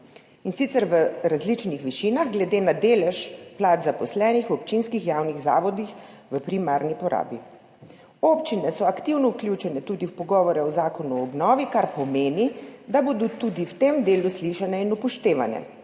sicer v različnih višinah glede na delež plač zaposlenih v občinskih javnih zavodih v primarni porabi. Občine so aktivno vključene tudi v pogovore o zakonu o obnovi, kar pomeni, da bodo tudi v tem delu slišane in upoštevane,